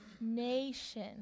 nation